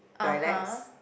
(uh huh)